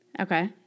Okay